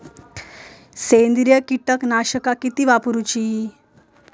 सेंद्रिय कीटकनाशका किती वापरूची?